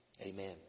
Amen